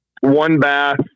one-bath